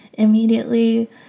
immediately